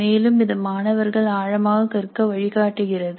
மேலும் இது மாணவர்கள் ஆழமாக கற்க வழிகாட்டுகிறது